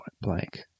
Blank